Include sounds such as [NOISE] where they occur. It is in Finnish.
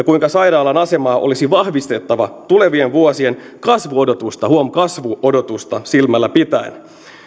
[UNINTELLIGIBLE] kuinka sairaalan asemaa olisi vahvistettava tulevien vuosien kasvuodotusta huom kasvuodotusta silmällä pitäen